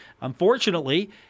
unfortunately